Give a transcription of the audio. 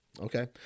Okay